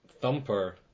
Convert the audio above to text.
Thumper